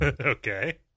Okay